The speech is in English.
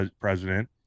president